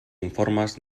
informes